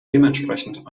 dementsprechend